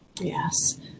Yes